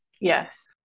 yes